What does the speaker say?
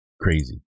crazy